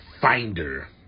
finder